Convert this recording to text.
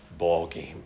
ballgame